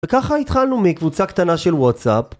וככה התחלנו מקבוצה קטנה של וואטסאפ